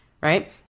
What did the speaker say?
right